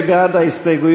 מי בעד ההסתייגויות?